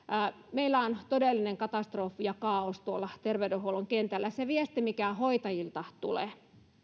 meillä on todellinen katastrofi ja kaaos tuolla terveydenhuollon kentällä se on viesti mikä hoitajilta tulee